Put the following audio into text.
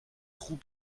trou